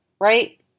right